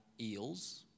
Eels